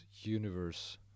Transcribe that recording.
universe